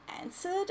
answered